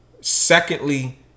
Secondly